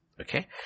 Okay